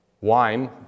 wine